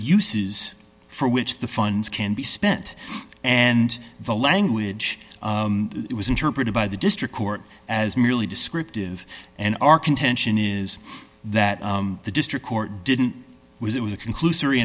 uses for which the funds can be spent and the language was interpreted by the district court as merely descriptive and our contention is that the district court didn't was it was a conclus